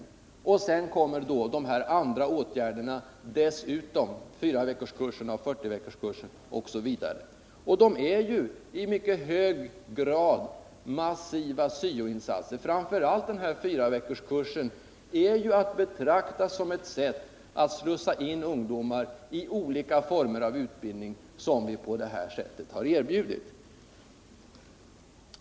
Dessutom tillkommer de andra åtgärderna — fyraveckorskurser, 40-veckorskurser osv. Detta är ju i mycket hög grad syo-insatser. Framför allt fyraveckorskursen är att betrakta som ett sätt att slussa in ungdomar i olika former av utbildning som vi har erbjudit.